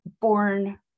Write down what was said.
born